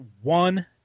one